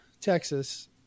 Texas